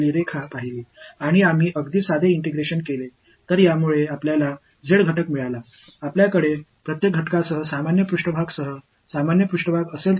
எனவே மீண்டும் நேரடியாக ஒருங்கிணைப்புகள் மற்றும் ஃப்ளக்ஸ் பற்றிய எளிய உள்ளுணர்வைப் பயன்படுத்தி எனவே இது ஸ்டாக்ஸ் தியரம் Stoke's theorem பற்றி சொல்கிறது